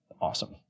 Awesome